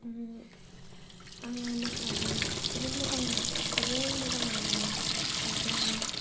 आङो मोसानानै जोबोर मोजां मोनो एकदम